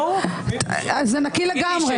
זה נקי לגמרי.